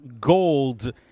Gold